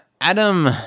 adam